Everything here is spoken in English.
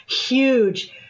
huge